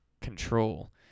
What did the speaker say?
control